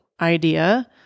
idea